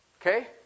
Okay